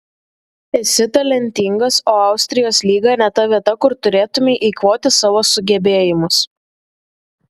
esi talentingas o austrijos lyga ne ta vieta kur turėtumei eikvoti savo sugebėjimus